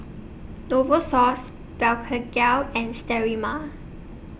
Novosource Blephagel and Sterimar